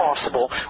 possible